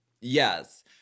Yes